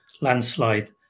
landslide